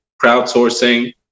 crowdsourcing